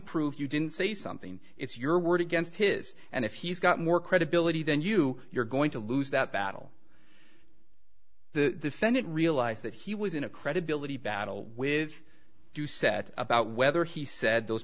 prove you didn't say something it's your word against his and if he's got more credibility than you you're going to lose that battle the senate realized that he was in a credibility battle with doucette about whether he said those